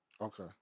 Okay